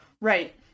Right